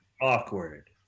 awkward